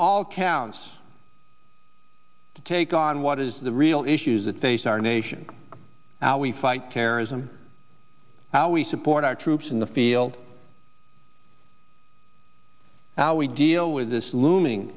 all counts to take on what is the real issues that face our nation our we fight terrorism how we support our troops in the field how we deal with this looming